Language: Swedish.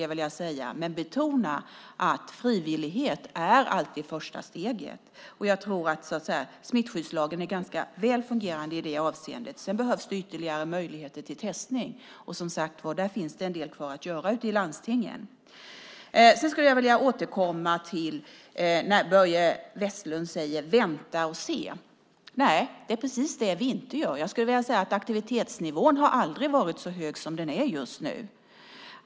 Men jag vill betona att frivillighet alltid är första steget. Smittskyddslagen är ganska väl fungerande i det avseendet. Sedan behövs det ytterligare möjligheter till testning. Där finns det en del kvar att göra i landstingen. Jag vill återkomma till att Börje Vestlund säger att vi vill vänta och se. Nej, det är precis det vi inte gör. Aktivitetsnivån har aldrig varit så hög som den är just nu.